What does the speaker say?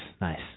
nice